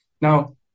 Now